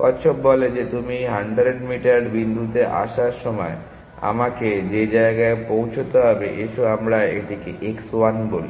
কচ্ছপ বলে যে তুমি এই 100 মিটার বিন্দুতে আসার সময় আমাকে যে জায়গায় পৌঁছতে হবে এসো আমরা এটিকে x1 বলি